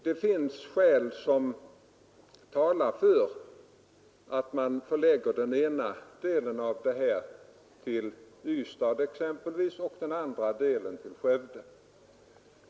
Det finns skäl som talar för att man förlägger den ena skolan till exempelvis Ystad och den andra till Skövde.